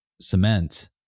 cement